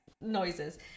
noises